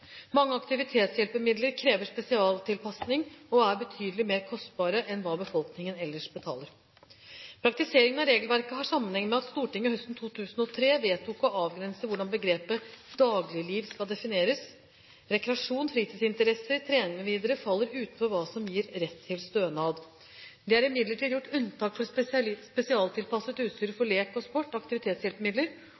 Mange aktivitetshjelpemidler krever spesialtilpasning og er betydelig mer kostbare enn hva befolkningen ellers betaler. Praktiseringen av regelverket har sammenheng med at Stortinget høsten 2003 vedtok å avgrense hvordan begrepet «dagligliv» skal defineres. Rekreasjon, fritidsinteresser, trening mv. faller utenfor hva som gir rett til stønad. Det er imidlertid gjort unntak for spesialtilpasset utstyr for